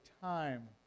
time